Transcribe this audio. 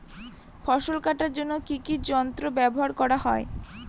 ফসল কাটার জন্য কি কি যন্ত্র ব্যাবহার করা হয়?